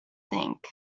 think